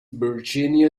virginia